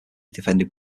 defended